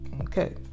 okay